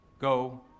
go